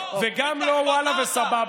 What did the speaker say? וגם לא ואללה וסבבה.